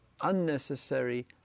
unnecessary